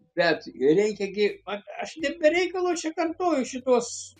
bet reikia gi a aš nebereikalo čia kartoju šituos